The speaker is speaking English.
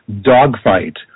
dogfight